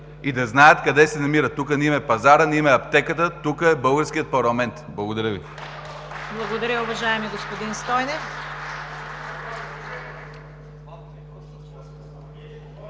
и да знаят къде се намират! Тук не им е пазарът, не им е аптеката! Тук е българският парламент! Благодаря Ви.